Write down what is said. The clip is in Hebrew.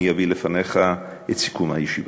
אני אביא לפניך את סיכום הישיבה.